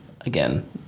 Again